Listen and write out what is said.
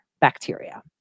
bacteria